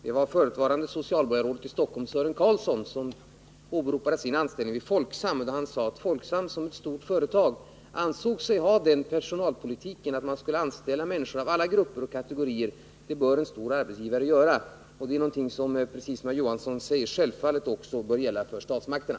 Det var förutvarande socialborgarrådet Sören Carlson som åberopade sin anställning vid Folksam och sade att Folksam som ett stort företag ansåg sig ha den personalpolitiken att man skulle anställa människor ur alla grupper och kategorier. Det bör en stor arbetsgivare göra, och det är någonting som — precis som herr Johansson säger — självfallet också bör gälla för statsmakterna.